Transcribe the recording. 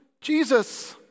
Jesus